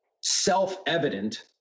self-evident